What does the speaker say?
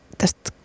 tästä